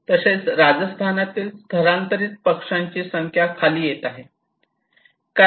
तशाच राजस्थानात स्थलांतरित पक्ष्यांची संख्या खाली येत आहे